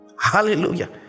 hallelujah